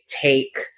take